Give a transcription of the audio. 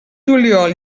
juliol